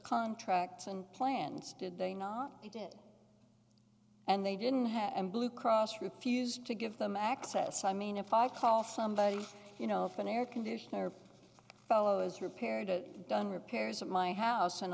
contracts and plans did they not they did and they didn't have blue cross refused to give them access i mean if i call somebody you know if an air conditioner fellow is repaired or done repairs of my house and